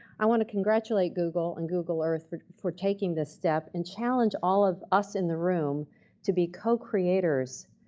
i want to congratulate google and google earth for for taking this step and challenge all of us in the room to be co-creators.